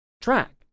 track